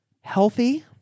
healthy